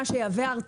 מה שיהווה הרתעה.